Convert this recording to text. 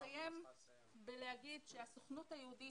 אסיים ואומר שהסוכנות היהודית,